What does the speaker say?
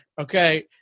Okay